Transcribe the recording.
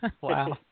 Wow